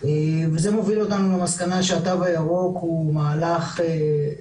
כבר הודיע שהתו הירוק יותנה בחיסון שלישי,